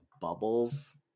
bubbles